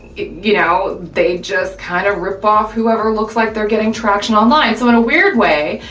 you know, they just kind of rip off whoever looks like they're getting traction online. so in a weird way,